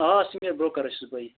آ سمیٖر برٛوکر حظ چھُس بٕے